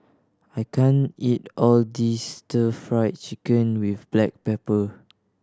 I can't eat all this Stir Fried Chicken with black pepper